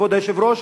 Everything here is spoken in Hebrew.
כבוד היושב-ראש,